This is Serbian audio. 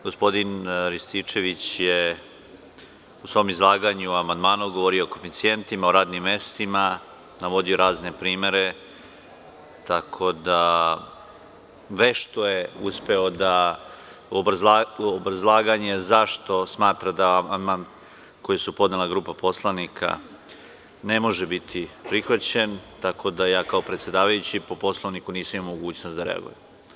Gospodin Rističević je u svom izlaganju o amandmanu govorio o koeficijentima, o radnim mestima, navodio razne primere, tako da, vešto je uspeo obrazlaganje zašto smatra da amandman koji je podnela grupa poslanika ne može biti prihvaćen, tako da ja, kao predsedavajući, po Poslovniku, nisam imao mogućnost da reagujem.